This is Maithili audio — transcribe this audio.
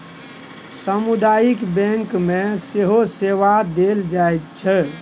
सामुदायिक बैंक मे सेहो सेवा देल जाइत छै